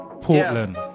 Portland